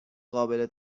قابل